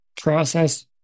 process